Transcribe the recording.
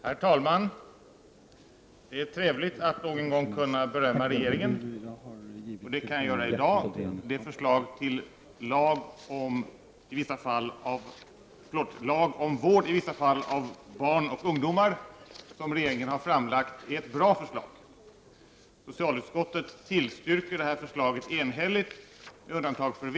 Herr talman! Det är trevligt att någon gång kunna berömma regeringen, vilket jag kan göra i dag. Det förslag till lag om vård i vissa fall av barn och ungdomar som regeringen har framlagt är ett bra förslag. Med undantag för vpk tillstyrker socialutskottet enhälligt detta förslag.